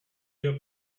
your